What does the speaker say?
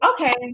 okay